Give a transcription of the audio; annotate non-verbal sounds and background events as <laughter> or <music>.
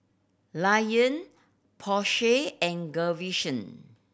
Lion Porsche and <unintelligible>